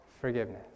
forgiveness